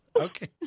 Okay